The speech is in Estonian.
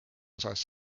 osas